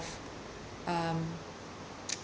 um